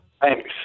Thanks